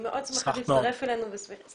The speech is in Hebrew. אני מאוד שמחה שהצטרף אלינו חבר הכנסת דב חנין.